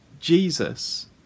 jesus